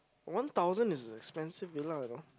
one thousand is a expensive villa you know